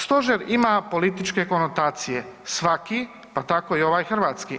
Stožer ima političke konotacije svaki, pa tako i ovaj hrvatski.